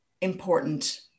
important